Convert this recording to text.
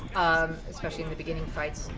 um especially in the beginning fights,